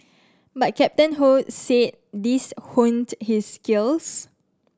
but Captain Ho said these honed his skills